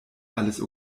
alles